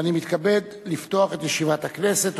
ואני מתכבד לפתוח את ישיבת הכנסת.